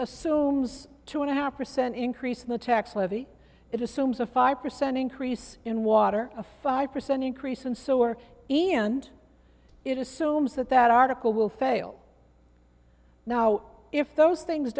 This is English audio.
assumes two and a half percent increase in the tax levy it assumes a five percent increase in water a five percent increase and so are any and it assumes that that article will fail now if those things